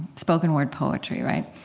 spoken-word poetry, right?